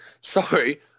Sorry